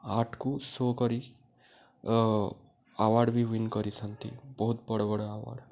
ଆର୍ଟକୁ show କରି award ବି win କରିଛନ୍ତି ବହୁତ ବଡ଼ ବଡ଼ ଆୱାର୍ଡ଼